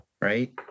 Right